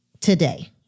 today